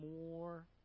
more